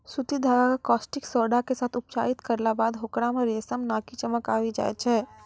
सूती धागा कॅ कास्टिक सोडा के साथॅ उपचारित करला बाद होकरा मॅ रेशम नाकी चमक आबी जाय छै